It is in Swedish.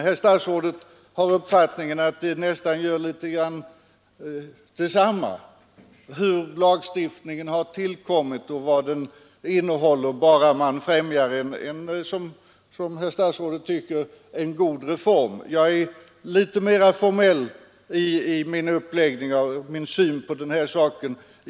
Herr statsrådet har uppfattningen att det nästan gör detsamma hur lagstiftningen har tillkommit och utformats, bara den främjar en, som herr statsrådet tycker, god reform. Jag är litet mera formell i min syn på den här saken.